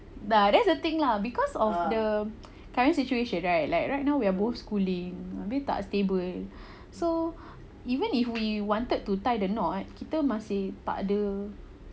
ah that's the thing lah because of the current situation right like right now we are both schooling abeh tak stable so even if we wanted to tie the knot kita masih takde